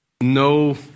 no